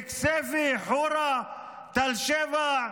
לכסייפה, חורה, תל שבע,